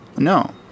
No